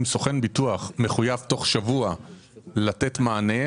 אם סוכן ביטוח מחויב תוך שבוע לתת מענה,